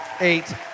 eight